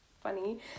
funny